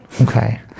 Okay